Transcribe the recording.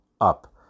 up